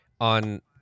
on